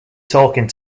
talking